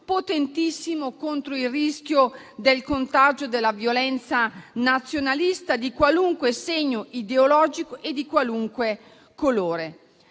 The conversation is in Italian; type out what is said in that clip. potentissimo contro il rischio del contagio della violenza nazionalista, di qualunque segno ideologico e di qualunque colore.